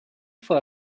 for